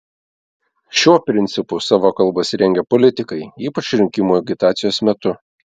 šiuo principu savo kalbas rengia politikai ypač rinkimų agitacijos metu